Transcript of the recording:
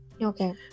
Okay